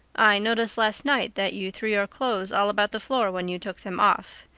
i noticed last night that you threw your clothes all about the floor when you took them off.